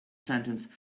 sentence